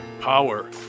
power